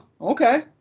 Okay